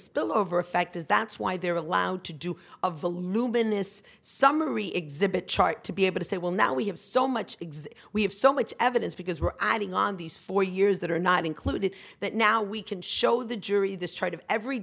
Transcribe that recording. spillover effect is that's why they're allowed to do of voluminous summary exhibit chart to be able to say well now we have so much exist we have so much evidence because we're adding on these four years that are not included that now we can show the jury this chart of every